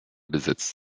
besetzt